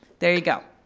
there you go.